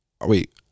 wait